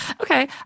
Okay